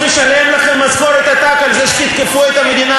שמשלם לך משכורת עתק על זה שתתקפו את המדינה?